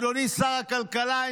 אדוני שר הכלכלה,